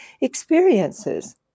experiences